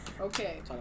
Okay